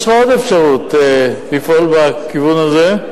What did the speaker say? יש לך עוד אפשרות לפעול בכיוון הזה,